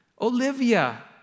Olivia